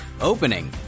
Opening